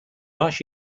rush